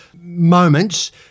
moments